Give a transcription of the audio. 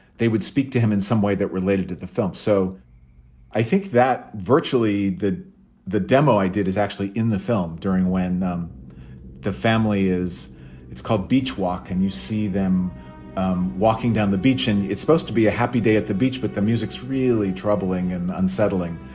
they would speak to him in some way that related to the film. so i think that virtually that the demo i did is actually in the film during when the family is it's called beach walk, and you see them walking down the beach. and it's supposed to be a happy day at the beach, but the music's really troubling and unsettling.